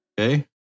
Okay